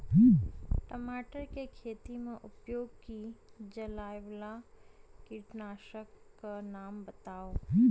टमाटर केँ खेती मे उपयोग की जायवला कीटनासक कऽ नाम बताऊ?